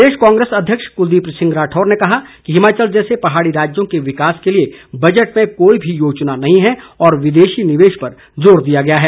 प्रदेश कांग्रेस अध्यक्ष कुलदीप सिंह राठौर ने कहा है कि हिमाचल जैसे पहाड़ी राज्यों के विकास के लिए बजट में कोई भी योजना नहीं है और विदेशी निवेश पर जोर दिया गया है